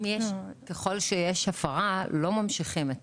ככל שיש הפרה לא ממשיכים.